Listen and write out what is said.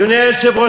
אדוני היושב-ראש,